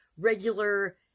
regular